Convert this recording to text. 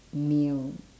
meal